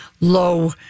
low